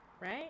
right